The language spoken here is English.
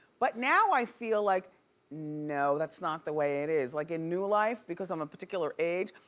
but now i feel like no, that's not the way it is. like in new life, because i'm a particular age,